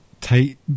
tight